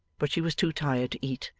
but she was too tired to eat,